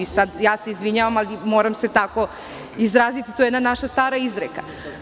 Ja se izvinjavam, ali moram se tako izraziti, to je jedna naša stara izreka.